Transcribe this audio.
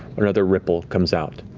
another ripple comes out.